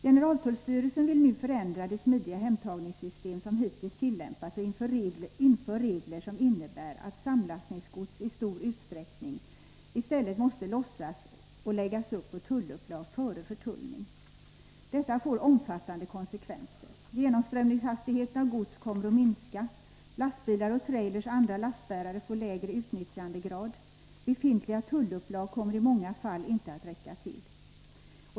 Generaltullstyrelsen vill nu förändra det smidiga hemtagningssystem som hittills tillämpats och införa regler som innebär att samlastningsgods i stor utsträckning i stället måste lossas och läggas upp på tullupplag före förtullning. Detta får omfattande konsekvenser. Genomströmningshastigheten för gods kommer att minska, lastbilar och trailrar och andra lastbärare får lägre utnyttjandegrad, och befintliga tullupplag kommer i många fall inte att räcka till.